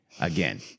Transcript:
Again